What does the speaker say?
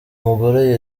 mugore